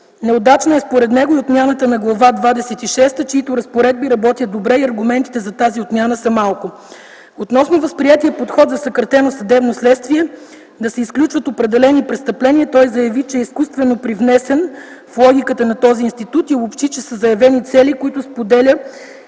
Неудачна е според него и отмяната на Глава двадесет и шеста, чиито разпоредби работят добре и аргументите за тази отмяна са малко. Относно възприетия подход за съкратеното съдебно следствие – да се изключват определени престъпления, той заяви, че е изкуствено привнесен в логиката на този институт и обобщи, че са заявени цели, които споделя